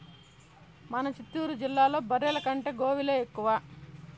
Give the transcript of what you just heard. మన చిత్తూరు జిల్లాలో బర్రెల కంటే గోవులే ఎక్కువ